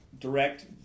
direct